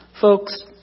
Folks